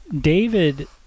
David